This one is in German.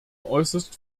äußerst